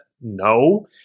No